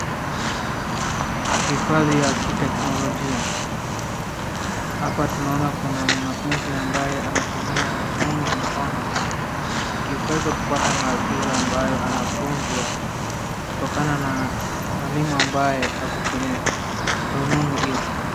Hifadhi ya kiteknolojia. Hapa tunaona kuna mwanafunzi ambaye anatumia rununu ya mkono akiweza kufuata maagizo ambayo anafunzwa kutokana na mwalimu ambaye ako kwenye rununu ile.